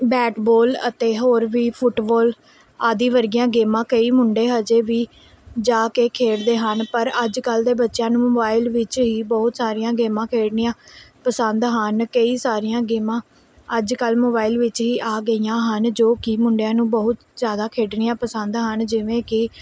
back ਬੋਲ ਅਤੇ ਹੋਰ ਵੀ ਫੁੱਟਬੋਲ ਆਦਿ ਵਰਗੀਆਂ ਗੇਮਾਂ ਕਈ ਮੁੰਡੇ ਹਜੇ ਵੀ ਜਾ ਕੇ ਖੇਡਦੇ ਹਨ ਪਰ ਅੱਜ ਕੱਲ੍ਹ ਦੇ ਬੱਚਿਆਂ ਨੂੰ ਮੋਬਾਈਲ ਵਿੱਚ ਹੀ ਬਹੁਤ ਸਾਰੀਆਂ ਗੇਮਾਂ ਖੇਡਣੀਆਂ ਪਸੰਦ ਹਨ ਕਈ ਸਾਰੀਆਂ ਗੇਮਾਂ ਅੱਜ ਕੱਲ੍ਹ ਮੋਬਾਈਲ ਵਿੱਚ ਹੀ ਆ ਗਈਆਂ ਹਨ ਜੋ ਕਿ ਮੁੰਡਿਆਂ ਨੂੰ ਬਹੁਤ ਜ਼ਿਆਦਾ ਖੇਡਣੀਆਂ ਪਸੰਦ ਹਨ ਜਿਵੇਂ ਕਿ